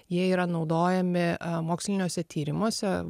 jie yra naudojami moksliniuose tyrimuose